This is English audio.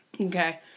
Okay